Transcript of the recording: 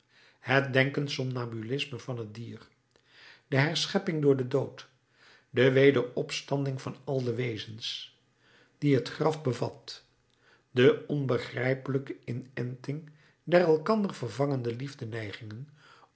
het denkend somnambulisme van het dier de herschepping door den dood de wederopstanding van al de wezens die het graf bevat de onbegrijpelijke inenting der elkander vervangende